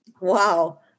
Wow